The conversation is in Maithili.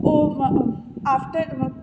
O after